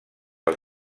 els